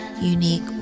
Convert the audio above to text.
unique